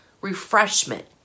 refreshment